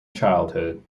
childhood